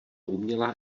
umělá